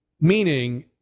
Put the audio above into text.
meaning